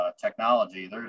technology